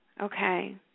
Okay